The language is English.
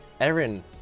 Erin